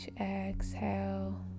exhale